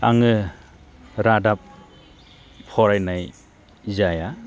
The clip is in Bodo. आङो रादाब फरायनाय जाया